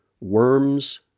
Worms